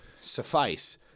suffice